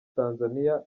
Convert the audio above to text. tanzaniya